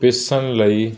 ਪੀਸਣ ਲਈ